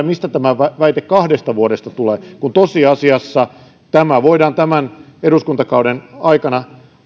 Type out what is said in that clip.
mistä tämä väite kahdesta vuodesta tulee kun tosiasiassa tämä voidaan tämän eduskuntakauden aikana